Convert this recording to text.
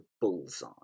bullseye